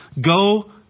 Go